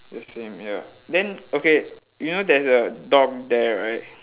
the same ya then okay you know there's a dog there right